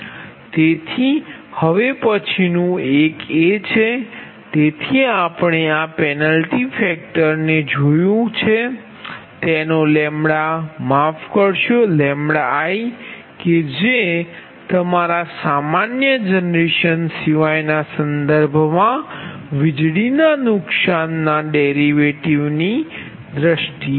તેથી હવે પછીનું એક છે તેથી આપણે આ પેન્લટી ફેક્ટર ને જોયું છે જેનો માફ કરશો Li કે જે તમારા સામાન્ય જનરેશન સિવાય ના સંદર્ભમાં વીજળીના નુકસાનના ડેરિવેટિવ ની દ્રષ્ટિએ છે